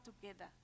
together